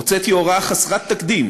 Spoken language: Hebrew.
הוצאתי הוראה חסרת תקדים